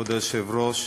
כבוד היושב-ראש,